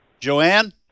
Joanne